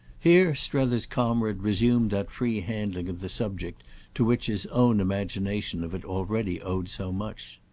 here strether's comrade resumed that free handling of the subject to which his own imagination of it already owed so much.